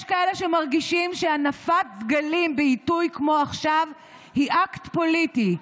יש כאלה שמרגישים שהנפת דגלים בעיתוי כמו עכשיו היא אקט פוליטי.